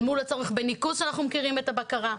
אל מול הצורך בניקוז כשאנחנו מכירים את הבקרה.